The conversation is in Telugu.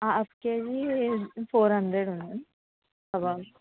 హాఫ్ కేజీ ఫోర్ హండ్రెడ్ ఉంది కబాబ్